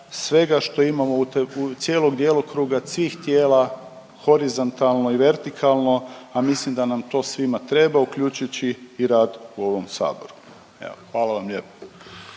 svega što imamo cijelog djelokruga svih tijela horizontalno i vertikalno, a mislim da nam to svima treba uključujući i rad u ovom Saboru. Evo hvala vam lijepo.